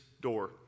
door